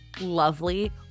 lovely